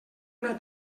una